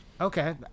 Okay